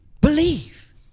Believe